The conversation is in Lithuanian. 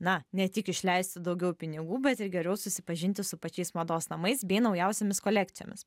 na ne tik išleisti daugiau pinigų bet ir geriau susipažinti su pačiais mados namais bei naujausiomis kolekcijomis